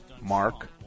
Mark